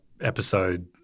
episode